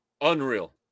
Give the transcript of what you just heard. unreal